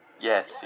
Yes